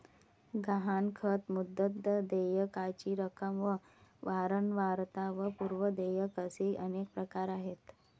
गहाणखत, मुदत, देयकाची रक्कम व वारंवारता व पूर्व देयक असे अनेक प्रकार आहेत